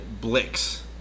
Blix